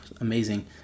amazing